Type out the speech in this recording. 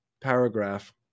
paragraph